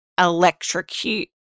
electrocute